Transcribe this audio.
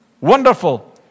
Wonderful